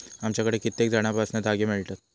आमच्याकडे कित्येक झाडांपासना धागे मिळतत